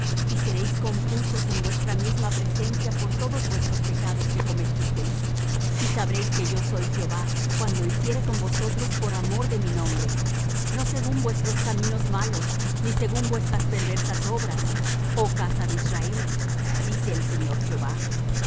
y seréis confusos en vuestra misma presencia por todos vuestros pecados que cometisteis y sabréis que yo soy jehová cuando hiciere con vosotros por amor de mi nombre no según vuestros caminos malos ni según vuestras perversas obras oh casa de israel dice el señor jehová y